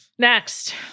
Next